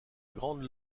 grande